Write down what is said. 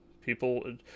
people